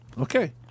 Okay